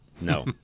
No